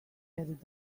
eared